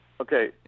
Okay